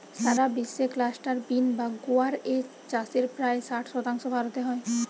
সারা বিশ্বে cluster bean বা গুয়ার এর চাষের প্রায় ষাট শতাংশ ভারতে হয়